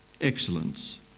excellence